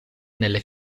nelle